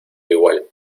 igual